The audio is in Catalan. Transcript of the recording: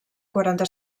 quaranta